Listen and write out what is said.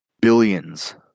billions